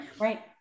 right